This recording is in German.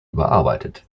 überarbeitet